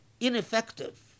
ineffective